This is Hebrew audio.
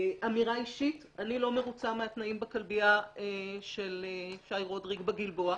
אמירה אישית: אני לא מרוצה מהתנאים בכלבייה של שי רודריג בגלבוע,